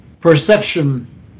Perception